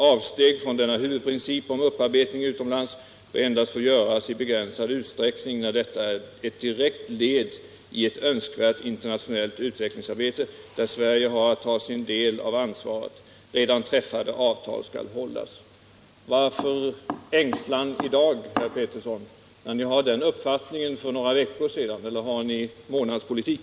Avsteg från denna huvudprincip om upparbetning utomlands bör endast få göras i begränsad utsträckning när detta är ett direkt led i ett önskvärt internationellt utvecklingsarbete där Sverige har att ta sin del av ansvaret. Redan träffade avtal skall hållas.” Varför denna ängslan i dag, herr Pettersson, när ni hade den uppfattningen för några veckor sedan? Eller för ni månadspolitik?